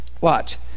Watch